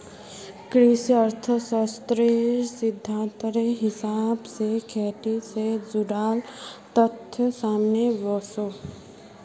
कृषि अर्थ्शाश्त्रेर सिद्धांतेर हिसाब से खेटी से जुडाल तथ्य सामने वोसो